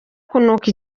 kunuka